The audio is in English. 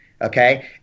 Okay